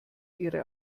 ihre